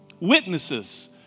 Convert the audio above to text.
Witnesses